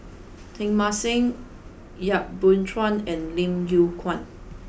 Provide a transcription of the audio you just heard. Teng Mah Seng Yap Boon Chuan and Lim Yew Kuan